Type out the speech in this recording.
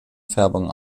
färbung